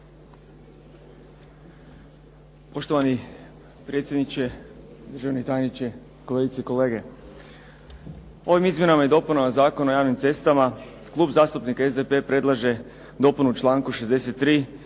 Poštovani predsjedniče, državni tajniče, kolegice i kolege. Ovim Izmjenama i dopunama Zakona o javnim cestama Klub zastupnika SDP-a predlaže dopunu u članku 63.